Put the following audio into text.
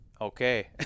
Okay